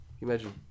imagine